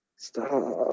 Stop